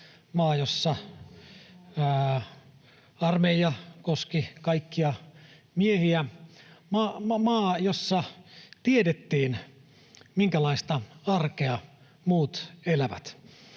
maa, jossa armeija koski kaikkia miehiä, maa, jossa tiedettiin, minkälaista arkea muut elävät.